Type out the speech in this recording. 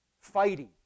fighting